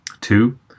Two